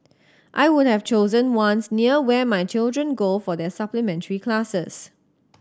I would have chosen ones near where my children go for their supplementary classes